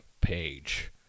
page